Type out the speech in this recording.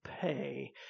pay